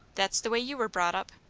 that's the way you were brought up.